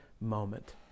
moment